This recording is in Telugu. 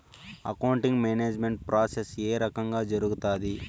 అకౌంటింగ్ మేనేజ్మెంట్ ప్రాసెస్ ఏ రకంగా జరుగుతాది